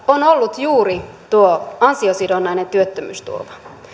on ollut juuri tuo ansiosidonnainen työttömyysturva